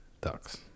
ducks